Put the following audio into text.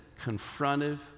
confrontive